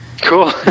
Cool